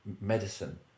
medicine